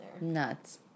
Nuts